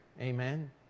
amen